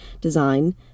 design